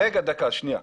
רגע, דקה, שנייה.